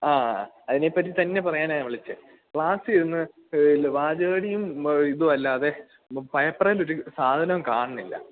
ആ അതിനെപ്പറ്റിത്തന്നെ പറയാനാണ് ഞാന് വിളിച്ചത് ക്ലാസ്സിലിരുന്ന് വാചകമടിയും ഇതുമല്ലാതെ പേപ്പറിലൊരു സാധനവും കാണുന്നില്ല